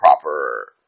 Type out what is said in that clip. proper